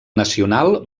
nacional